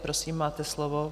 Prosím, máte slovo.